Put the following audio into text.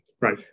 right